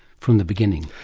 from the beginning.